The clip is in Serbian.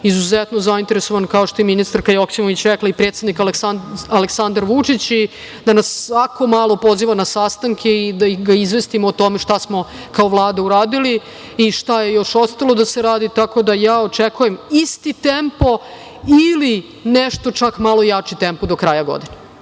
izuzetno zainteresovan, kao što je ministarka Joksimović rekla, i predsednik Aleksandar Vučić, i da nas svako malo poziva na sastanke da ga izvestimo o tome šta smo kao Vlada uradili, šta je još ostalo da se radi. Tako da ja očekujem isti tempo ili nešto čak malo jači tempo do kraja godine.